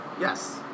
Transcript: Yes